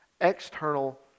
external